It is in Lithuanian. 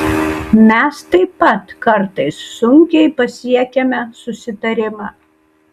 mes taip pat kartais sunkiai pasiekiame susitarimą